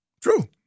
true